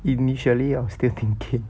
initially I was still thinking